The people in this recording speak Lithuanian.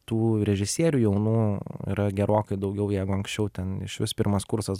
tų režisierių jaunų yra gerokai daugiau jeigu anksčiau ten išvis pirmas kursas